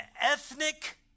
ethnic